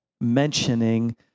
mentioning